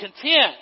content